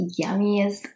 yummiest